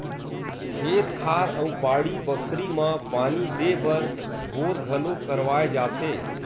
खेत खार अउ बाड़ी बखरी म पानी देय बर बोर घलोक करवाए जाथे